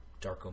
Darko